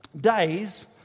days